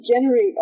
generate